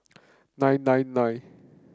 nine nine nine